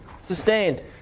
sustained